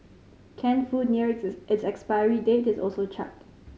canned food nearing its its expiry date is also chucked